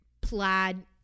plaid